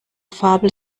fabel